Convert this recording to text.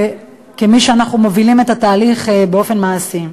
כמי שמובילים את התהליך באופן מעשי.